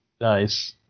Nice